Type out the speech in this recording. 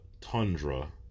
Tundra